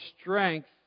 strength